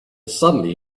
suddenly